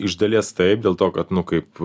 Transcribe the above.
iš dalies taip dėl to kad nu kaip